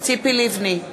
ציפי לבני,